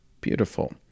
Beautiful